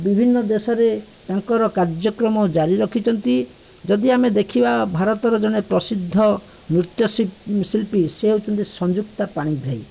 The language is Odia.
ବିଭିନ୍ନ ଦେଶରେ ମଧ୍ୟ କାର୍ଯ୍ୟକ୍ରମ ଜାରୀ ରଖିଛନ୍ତି ଯଦି ଆମେ ଦେଖିବା ଭାରତରେ ଜଣେ ପ୍ରସିଦ୍ଧ ନୃତ୍ୟ ଶିଳ୍ପୀ ସେ ହେଉଛନ୍ତି ସଂଯୁକ୍ତା ପାଣିଗ୍ରାହୀ